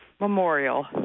Memorial